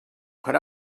put